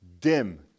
dim